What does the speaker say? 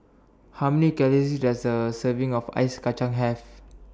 How Many Calories Does A Serving of Ice Kacang Have